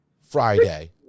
Friday